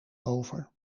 over